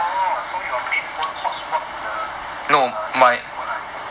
oh so your main phone hot spot to the camp phone lah is it